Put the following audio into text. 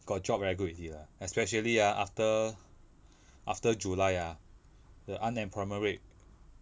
got job very good already lah especially ah after after july ah the unemployment rate